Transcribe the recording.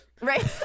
right